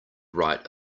write